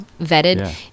vetted